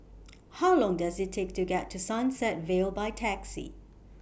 How Long Does IT Take to get to Sunset Vale By Taxi